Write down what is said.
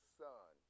son